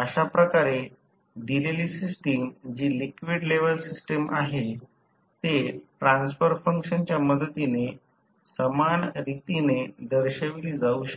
अशाप्रकारे दिलेली सिस्टम जी लिक्विड लेव्हल सिस्टम आहे ते ट्रान्सफर फंक्शनच्या मदतीने समान रीतीने दर्शवली जाऊ शकते